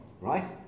right